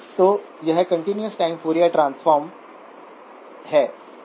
तो यह continuous time Fourier transform है